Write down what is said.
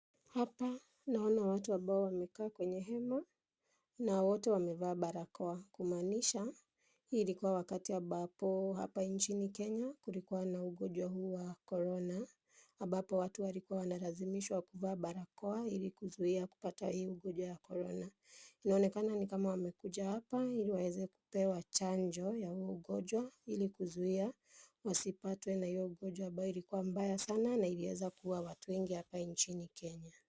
Hapa naona watu ambao wamekaa kwenye hema na wote wamevaa barakoa. Kumaanisha hii ilikuwa wakati ambapo hapa nchini Kenya kulikuwa na ugonjwa huu wa corona ambapo watu walikuwa wanalazimishwa kuvaa barakoa ili kuzuia kupata hii ugonjwa wa corona inaonekana ni kama wamekuja hapa ili waweze kupewa chanjo ya ugonjwa ili kuzuia wasipatwe na hiyo ugonjwa ilikuwa mbaya sana na iliweza kuuwa watu wengi hapa nchini Kenya.